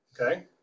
Okay